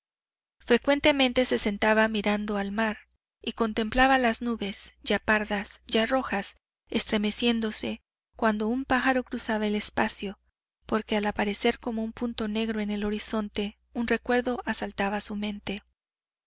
frecuentemente se sentaba mirando al mar y contemplaba las nubes ya pardas ya rojas estremeciéndose cuando un pájaro cruzaba el espacio porque al aparecer como un punto negro en el horizonte un recuerdo asaltaba su mente